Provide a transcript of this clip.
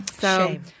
Shame